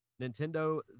Nintendo